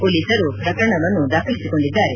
ಪೊಲೀಸರು ಪ್ರಕರಣವನ್ನು ದಾಖಲಿಸಿಕೊಂಡಿದ್ದಾರೆ